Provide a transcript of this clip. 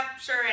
sure